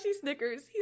Snickers